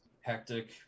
hectic